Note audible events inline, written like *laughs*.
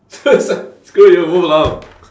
*laughs* screw you move along